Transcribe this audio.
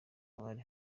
abari